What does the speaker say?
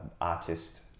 artist